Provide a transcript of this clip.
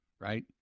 right